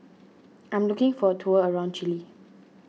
I am looking for tour around Chile